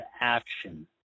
action